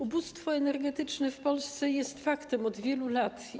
Ubóstwo energetyczne w Polsce jest faktem od wielu lat.